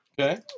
Okay